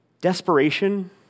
desperation